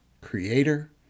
Creator